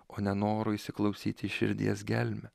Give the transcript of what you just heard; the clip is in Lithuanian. o ne noro įsiklausyti į širdies gelmę